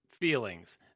feelings